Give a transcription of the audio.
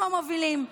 הם המובילים.